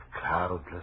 cloudless